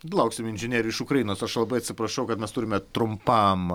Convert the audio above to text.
lauksim inžinierių iš ukrainos aš labai atsiprašau kad mes turime trumpam